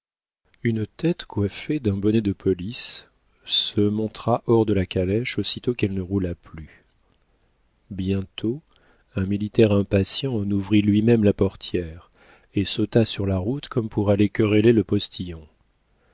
une tête coiffée d'un bonnet de police se montra hors de la calèche aussitôt qu'elle ne roula plus bientôt un militaire impatient en ouvrit lui-même la portière et sauta sur la route comme pour aller quereller le postillon